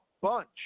bunch